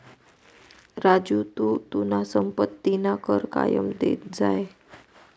राजू तू तुना संपत्तीना कर कायम देत जाय